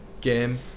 game